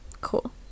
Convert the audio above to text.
Cool